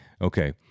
Okay